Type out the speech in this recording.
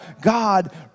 god